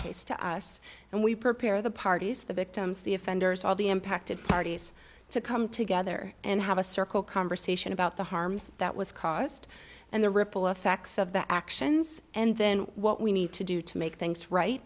case to us and we prepare the parties the victims the offenders all the impacted parties to come together and have a circle conversation about the harm that was caused and the ripple effects of the actions and then what we need to do to make things right